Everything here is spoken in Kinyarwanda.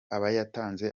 abayatanze